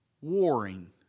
warring